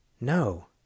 No